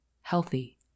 healthy